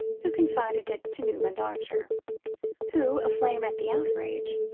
who confided it to newland archer who, aflame at the outrage,